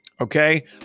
Okay